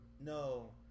no